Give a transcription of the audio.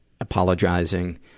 apologizing